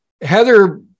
Heather